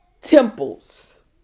temples